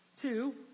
Two